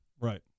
right